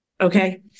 Okay